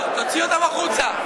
תוציא אותן החוצה.